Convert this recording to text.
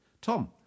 Tom